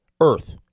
earth